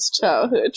childhood